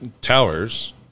towers